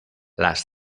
las